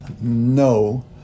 No